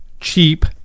cheap